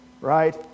Right